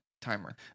Timer